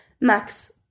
Max